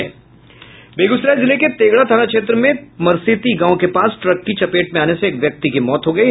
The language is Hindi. बेगूसराय जिले के तेघड़ा थाना क्षेत्र में मरसेती गांव के पास ट्रक की चपेट में आने से एक व्यक्ति की मौत हो गयी